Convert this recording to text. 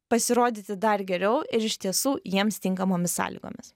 pasirodyti dar geriau ir iš tiesų jiems tinkamomis sąlygomis